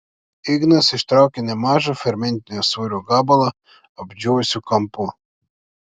ignas ištraukė nemažą fermentinio sūrio gabalą apdžiūvusiu kampu